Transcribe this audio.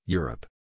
Europe